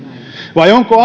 vai onko